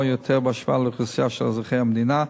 יותר בהשוואה לאוכלוסייה של אזרחי המדינה,